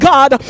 God